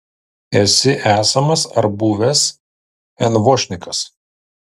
esi esamas ar buvęs envošnikas